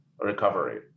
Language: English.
recovery